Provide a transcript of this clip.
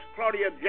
Claudia